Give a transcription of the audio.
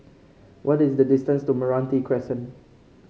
what is the distance to Meranti Crescent